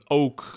ook